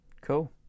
Cool